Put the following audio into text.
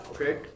okay